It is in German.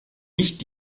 nicht